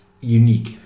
unique